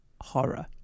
horror